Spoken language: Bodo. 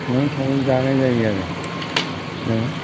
सङै खावै जानाय जायो आरो जाबायना